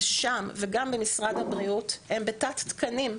וגם במשרד הבריאות הם בתת תקנים.